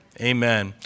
Amen